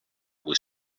was